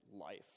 life